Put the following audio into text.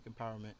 empowerment